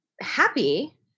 happy